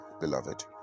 beloved